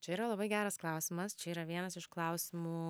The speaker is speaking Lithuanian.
čia yra labai geras klausimas čia yra vienas iš klausimų